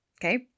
okay